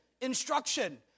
instruction